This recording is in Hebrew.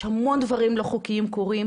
המון דברים לא חוקיים קורים,